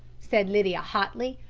said lydia hotly.